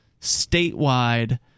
statewide